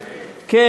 מסכימים.